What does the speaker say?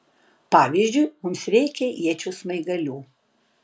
pavyzdžiui mums reikia iečių smaigalių